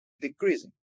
decreasing